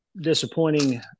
disappointing